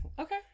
Okay